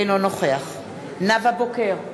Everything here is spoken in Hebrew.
אינו נוכח נאוה בוקר,